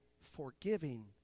forgiving